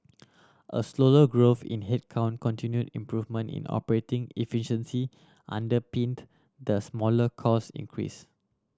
a slower growth in headcount continued improvement in operating efficiency underpinned the smaller cost increase